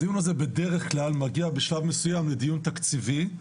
הדיון הזה בדרך-כלל מגיע באיזשהו שלב לדיון תקציבי.